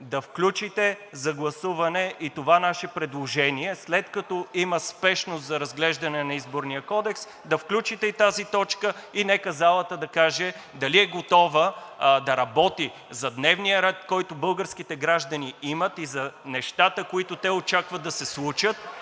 да включите за гласуване и това наше предложение – след като има спешност за разглеждане на Изборния кодекс, да включите и тази точка. Нека залата да каже дали е готова да работи за дневния ред, който българските граждани имат и за нещата, които те очакват да се случат